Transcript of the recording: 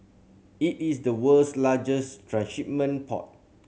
it is the world's largest transshipment port